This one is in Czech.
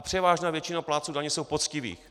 Převážná většina plátců daně jsou poctiví.